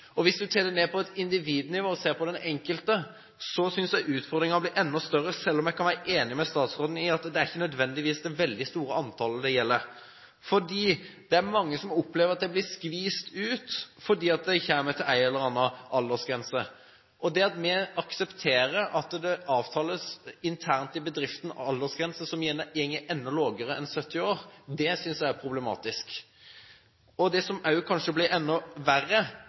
Hvis en tar det ned på et individnivå og ser på den enkelte, synes jeg utfordringen blir enda større – selv om jeg kan være enig med statsråden i at det ikke gjelder mange. Det er mange som opplever at de blir skviset ut fordi de kommer til en eller annen aldersgrense. Det at vi aksepterer at det avtales internt i bedrifter aldersgrenser enda lavere enn 70 år, synes jeg er problematisk. Det blir kanskje enda verre